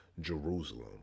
Jerusalem